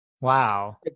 Wow